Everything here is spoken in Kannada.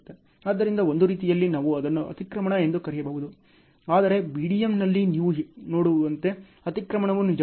ಆದ್ದರಿಂದ ಒಂದು ರೀತಿಯಲ್ಲಿ ನಾವು ಅದನ್ನು ಅತಿಕ್ರಮಣ ಎಂದು ಕರೆಯಬಹುದು ಆದರೆ BDM ನಲ್ಲಿ ನೀವು ನೋಡುವಂತೆ ಅತಿಕ್ರಮಣವು ನಿಜವಲ್ಲ